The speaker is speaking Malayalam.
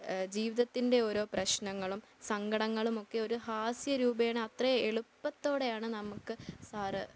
ജീവിതത്തിൻ്റെ ഓരോ പ്രശ്നങ്ങളും സങ്കടങ്ങളുമൊക്കെ ഒരു ഹാസ്യരൂപേണ അത്ര എളുപ്പത്തോടെയാണ് നമുക്ക് സാർ